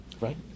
right